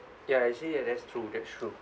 ya actually ya that's true that's true